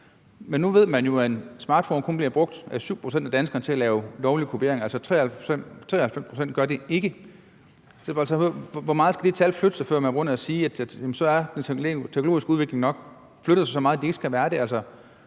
Men nu ved man jo, at en smartphone kun bliver brugt af 7 pct. af danskerne til at lave lovlig kopiering – 93 pct. gør det altså ikke. Så vil jeg bare høre, hvor meget det tal skal flytte sig, før man begynder at sige, at så har den teknologiske udvikling nok flyttet sig så meget, at de ikke skal være med.